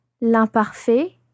l'imparfait